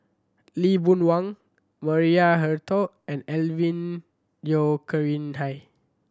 Lee Boon Wang Maria Hertogh and Alvin Yeo Khirn Hai